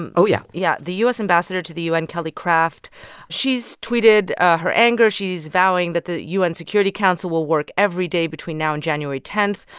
and oh, yeah yeah. the u s. ambassador to the u n, kelly craft she's tweeted her anger. she's vowing that the u n. security council will work every day between now and january ten,